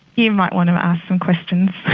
you might want to ask some questions,